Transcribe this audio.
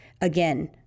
again